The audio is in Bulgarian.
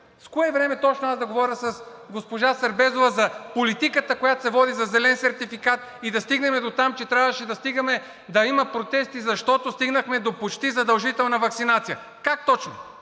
С кое време точно аз да говоря с госпожа Сербезова за политиката, която се води за зелен сертификат, и да стигнем дотам, че трябваше да стигаме да има протести, защото стигнахме почти до задължителна ваксинация? Как точно?